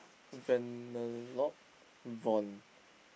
Vanellope von